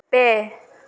ᱯᱮ